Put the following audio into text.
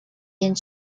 编制